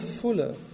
fuller